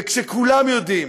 וכולם יודעים